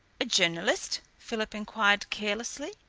a journalist? philip enquired carelessly.